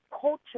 culture